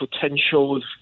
potential